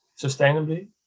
sustainably